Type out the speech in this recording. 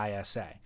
ISA